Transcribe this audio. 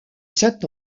sept